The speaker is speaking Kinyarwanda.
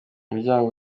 muryango